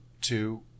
two